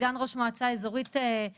סגן ראש מועצה אזורית שומרון,